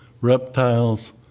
reptiles